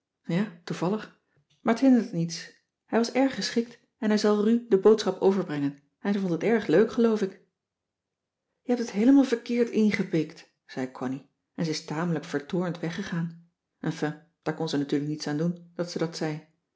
toevallig maar t hindert niets hij was erg geschikt en hij zal ru de boodschap overbrengen en hij vond het erg leuk geloof ik je hebt het heelemaal verkeerd ingepikt zei connie en ze is tamelijk vertoornd weggegaan enfin daar kon ze natuurlijk niets aan doen dat ze dat zei